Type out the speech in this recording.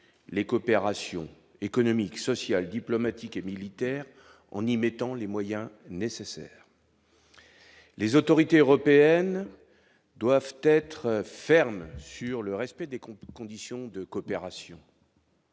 les coopérations économiques, sociales, diplomatique et militaire, en y mettant les moyens nécessaires. Les autorités européennes doivent être ferme sur le respect des conditions de coopération.